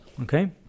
okay